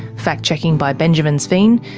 fact checking by benjamin sveen.